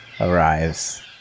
arrives